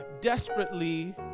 desperately